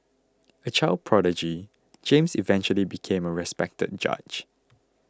a child prodigy James eventually became a respected judge